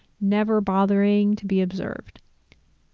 never bothering to be observed.